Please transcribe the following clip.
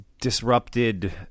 disrupted